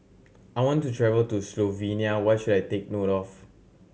I want to travel to Slovenia what should I take note of